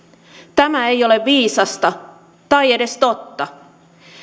tämä ei ole viisasta tai edes totta